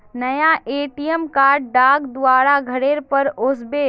नया ATM card डाक द्वारा घरेर पर ओस बे